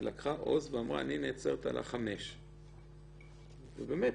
ולקחה עוז ואמרה, אני נעצרת על 5. ובאמת,